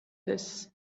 this